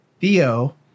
Theo